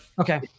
Okay